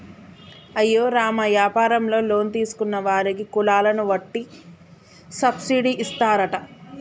అయ్యో రామ యాపారంలో లోన్ తీసుకున్న వారికి కులాలను వట్టి సబ్బిడి ఇస్తారట